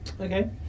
Okay